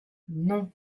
non